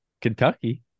Kentucky